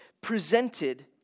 presented